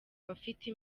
bafite